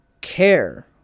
care